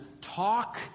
talk